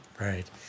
Right